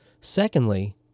Secondly